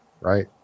right